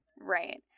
Right